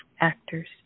actors